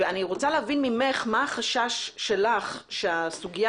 ואני רוצה להבין ממך מה החשש שלך שהסוגיה